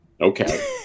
Okay